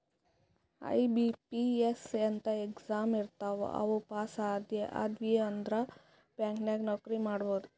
IBPS ಅಂತ್ exam ಇರ್ತಾವ್ ಅವು ಪಾಸ್ ಆದ್ಯವ್ ಅಂದುರ್ ಬ್ಯಾಂಕ್ ನಾಗ್ ನೌಕರಿ ಮಾಡ್ಬೋದ